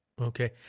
Okay